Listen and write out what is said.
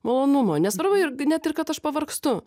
malonumą nesvarbu ir net ir kad aš pavargstu